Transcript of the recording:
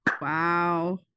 Wow